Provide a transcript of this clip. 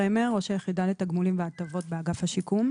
ראש היחידה לתגמולים והטבות באגף השיקום.